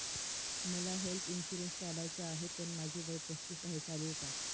मला health insurance काढायचा आहे पण माझे वय पस्तीस आहे, चालेल का?